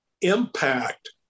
impact